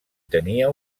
tenia